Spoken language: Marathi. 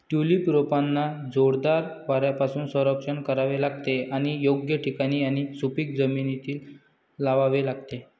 ट्यूलिप रोपांना जोरदार वाऱ्यापासून संरक्षण करावे लागते आणि योग्य ठिकाणी आणि सुपीक जमिनीत लावावे लागते